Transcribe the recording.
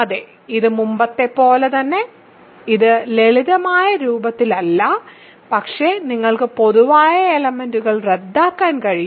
അതെ ഇത് മുമ്പത്തെപ്പോലെ തന്നെ ഇത് ലളിതമായ രൂപത്തിലല്ല പക്ഷേ നിങ്ങൾക്ക് പൊതുവായ എലെമെന്റ്സ്കൾ റദ്ദാക്കാൻ കഴിയും